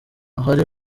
ahari